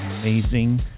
amazing